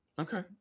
Okay